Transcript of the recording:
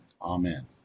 Amen